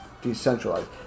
decentralized